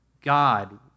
God